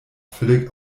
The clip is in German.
völlig